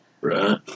Right